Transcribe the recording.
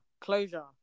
Closure